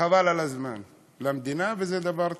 חבל על הזמן למדינה, וזה דבר טוב,